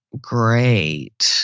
great